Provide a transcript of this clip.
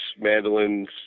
mandolins